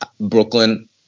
Brooklyn